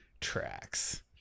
tracks